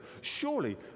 surely